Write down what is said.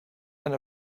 and